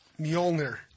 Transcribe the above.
Mjolnir